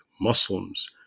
Muslims